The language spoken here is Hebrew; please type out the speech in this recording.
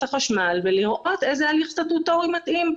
החשמל ולראות איזה הליך סטטוטורי מתאים,